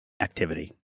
activity